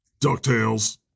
DuckTales